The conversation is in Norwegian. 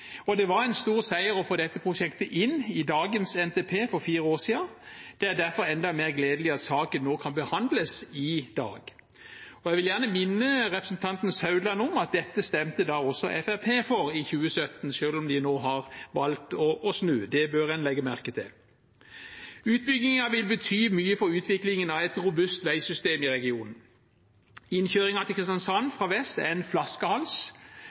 løsning. Det var en stor seier å få dette prosjektet inn i dagens NTP, for fire år siden. Det er derfor enda mer gledelig at saken kan behandles i dag. Jeg vil gjerne minne representanten Meininger Saudland om at dette stemte også Fremskrittspartiet for i 2017, selv om de nå har valgt å snu. Det bør en legge merke til. Utbyggingen vil bety mye for utviklingen av et robust veisystem i regionen. Innkjøringen til Kristiansand fra vest er en flaskehals,